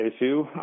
issue